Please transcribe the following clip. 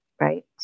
right